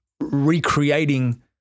recreating